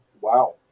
wow